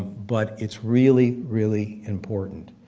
but it's really, really important.